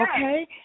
Okay